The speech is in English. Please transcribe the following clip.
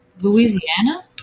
louisiana